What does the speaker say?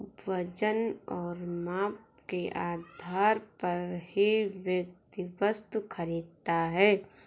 वजन और माप के आधार पर ही व्यक्ति वस्तु खरीदता है